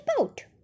Out